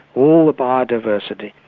all the biodiversity,